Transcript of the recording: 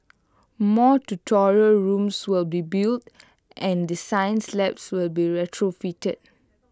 more tutorial rooms will be built and the science labs will be retrofitted